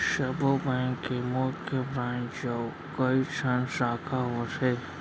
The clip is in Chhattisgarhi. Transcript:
सब्बो बेंक के मुख्य ब्रांच अउ कइठन साखा होथे